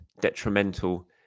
detrimental